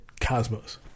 Cosmos